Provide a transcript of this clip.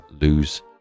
lose